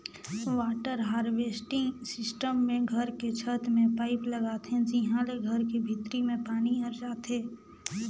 water harvesting system मे घर के छत में पाईप लगाथे जिंहा ले घर के भीतरी में पानी हर जाथे